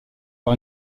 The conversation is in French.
par